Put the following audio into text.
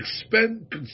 expend